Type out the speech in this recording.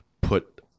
put